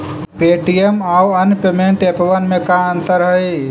Paytm आउ अन्य payment एपबन में का अंतर हई?